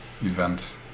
event